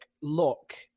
look